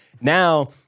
Now